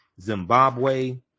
Zimbabwe